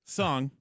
song